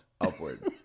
Upward